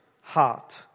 heart